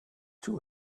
too